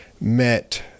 met